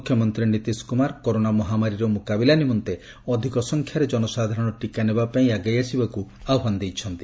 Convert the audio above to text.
ମୁଖ୍ୟମନ୍ତ୍ରୀ ନୀତିଶ କୁମାର କରୋନା ମହାମାରୀର ମୁକାବିଲା ନିମନ୍ତେ ଅଧିକ ସଂଖ୍ୟାରେ ଜନସାଧାରଣ ଟିକା ନେବାପାଇଁ ଆଗେଇ ଆସିବାକୁ ଆହ୍ୱାନ ଦେଇଛନ୍ତି